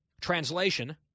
Translation